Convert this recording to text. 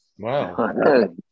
wow